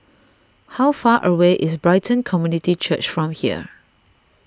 how far away is Brighton Community Church from here